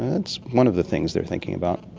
that's one of the things they are thinking about.